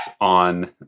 on